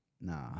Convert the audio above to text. Nah